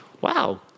Wow